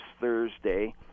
Thursday